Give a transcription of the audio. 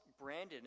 Brandon